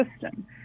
system